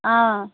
ఆ